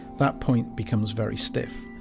that point becomes very stiff.